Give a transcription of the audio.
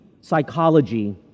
psychology